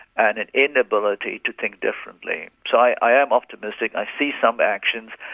and an inability to think differently. so i am optimistic, i see some actions.